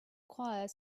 choir